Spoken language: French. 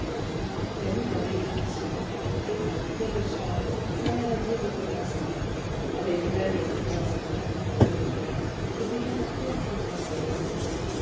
elle eut un étourdissement et dès le soir sa maladie recommença avec une allure plus incertaine il est vrai et des caractères plus complexes